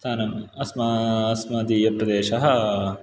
स्थानम् अस्मा अस्मदीयप्रदेशः